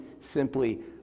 simply